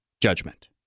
judgment